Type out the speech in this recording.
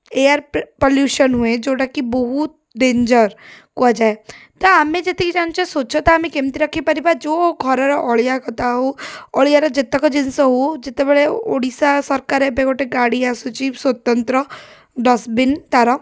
air pollution ହୁଏ ଯେଉଁଟାକି ବହୁତ ଡେଞ୍ଜର କୁହାଯାଏ ତ ଆମେ ଯେତିକି ଜାଣିଛୁ ସ୍ୱଚ୍ଛତା ଆମେ କେମିତି ରଖିପାରିବା ଯେଉଁ ଘର ଅଳିଆ ଗଦା ହଉ ଅଳିଆର ଯେତକ ଜିନିଷ ହଉ ଯେତେବେଳେ ଓଡ଼ିଶା ସରକାର ଏବେ ଗୋଟେ ଗାଡ଼ି ଆସୁଛି ସ୍ୱତନ୍ତ୍ର ଡଷ୍ଟବିନ୍ ତା'ର